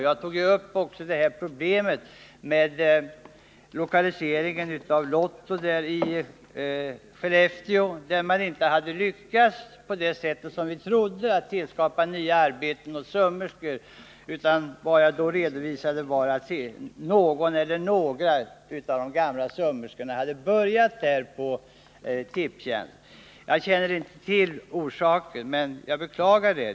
Jag tog upp problemet med lokaliseringen av Lotto i Skellefteå, där man inte hade lyckats så som vi trodde att skapa nya arbeten åt sömmerskor. Jag redovisade då att bara någon eller några av de gamla sömmerskorna hade börjat på Tipstjänst. Jag beklagar detta. Jag känner inte till orsaken.